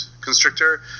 Constrictor